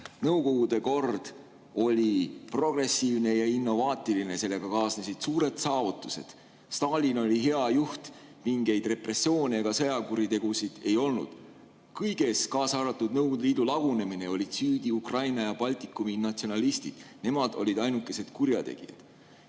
Nõukogude kord oli progressiivne ja innovaatiline, sellega kaasnesid suured saavutused; Stalin oli hea juht, mingeid repressioone ega sõjakuritegusid ei olnud; kõiges, kaasa arvatud Nõukogude Liidu lagunemine, olid süüdi Ukraina ja Baltikumi natsionalistid, nemad olid ainukesed kurjategijad.